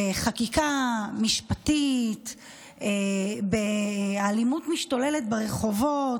בחקיקה משפטית, באלימות משתוללת ברחובות,